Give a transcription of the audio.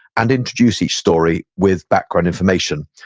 and introduce each story with background information.